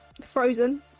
Frozen